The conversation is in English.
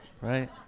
right